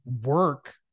work